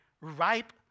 ripe